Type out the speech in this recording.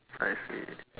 I see